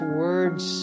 words